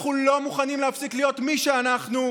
אנחנו לא מוכנים להפסיק להיות מי שאנחנו.